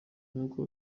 nkuko